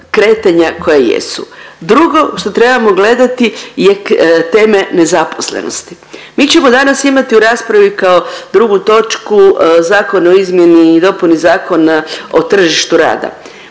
kretanja koja jesu. Drugo što trebamo gledati je teme nezaposlenosti. Mi ćemo danas imati u raspravi kao drugu točku Zakon o izmjeni i dopuni Zakona o tržištu rada.